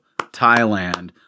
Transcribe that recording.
Thailand